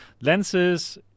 lenses